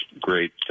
great